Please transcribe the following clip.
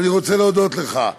ואני רוצה להודות לך,